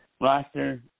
roster